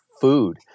food